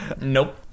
Nope